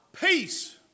Peace